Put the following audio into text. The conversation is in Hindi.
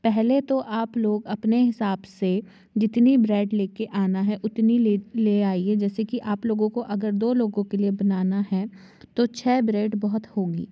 पहले तो आप लोग अपने हिसाब से जितनी ब्रेड ले कर आना है उतनी ले ले आइए जैसे कि आप लोगों को अगर दो लोगों के लिए बनाना है तो छः ब्रेड बहुत होगी